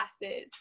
classes